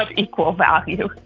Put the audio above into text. ah equal value,